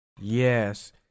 Yes